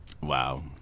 Wow